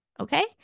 Okay